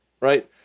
right